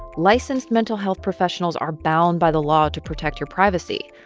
licensed mental health professionals are bound by the law to protect your privacy.